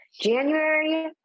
January